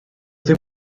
ddim